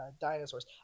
dinosaurs